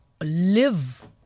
live